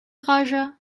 raja